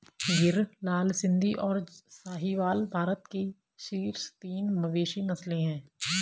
गिर, लाल सिंधी, और साहीवाल भारत की शीर्ष तीन मवेशी नस्लें हैं